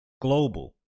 Global